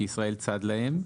שישראל צד להם,